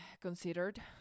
considered